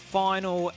final